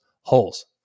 holes